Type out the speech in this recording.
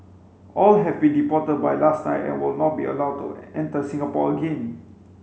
all have been deported by last night and will not be allowed to enter Singapore again